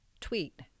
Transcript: tweet